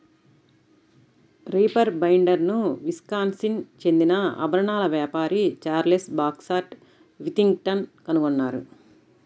reaper బైండర్ను Wisconsin చెందిన ఆభరణాల వ్యాపారి చార్లెస్ బాక్స్టర్ విథింగ్టన్ కనుగొన్నారు